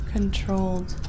Controlled